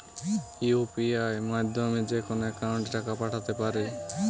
UPI মাধ্যমে যেকোনো একাউন্টে টাকা পাঠাতে পারি?